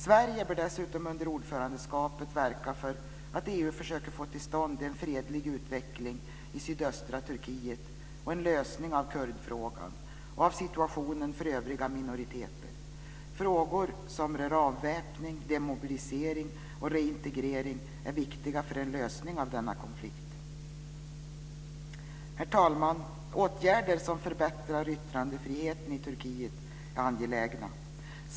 Sverige bör dessutom under ordförandeskapet verka för att EU försöker få till stånd en fredlig utveckling i sydöstra Turkiet och en lösning av kurdfrågan och av situationen för övriga minoriteter. Frågor som rör avväpning, demobilisering och reintegrering är viktiga för en lösning av denna konflikt. Herr talman! Åtgärder som förbättrar yttrandefriheten i Turkiet är angelägna.